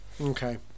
Okay